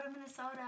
Minnesota